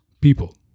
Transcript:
people